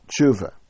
Tshuva